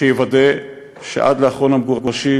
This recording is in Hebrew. שיוודא שעד אחרון המגורשים,